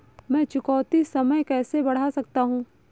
मैं चुकौती समय कैसे बढ़ा सकता हूं?